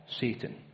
Satan